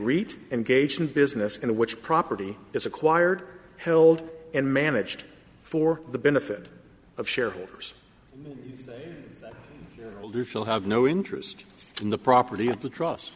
reach engaged in business in which property is acquired held and managed for the benefit of shareholders will do feel have no interest in the property at the trust